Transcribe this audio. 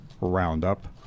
roundup